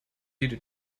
jede